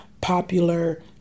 popular